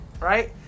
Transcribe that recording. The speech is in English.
Right